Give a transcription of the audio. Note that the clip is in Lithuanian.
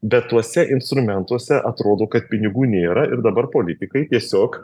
bet tuose instrumentuose atrodo kad pinigų nėra ir dabar politikai tiesiog